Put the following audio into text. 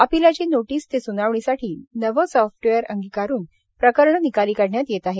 अपिलाची notice ते स्नावणीसाठी नवे सॉफ्टवेअर अंगीकारून प्रकरणे निकाली काढण्यात येत आहेत